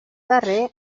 darrer